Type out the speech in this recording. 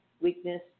weakness